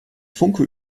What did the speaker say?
funke